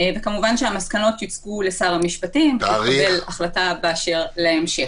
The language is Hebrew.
וכמובן שהמסקנות יוצגו לשר המשפטים והוא יקבל החלטה באשר להמשך.